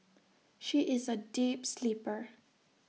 she is A deep sleeper